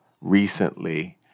recently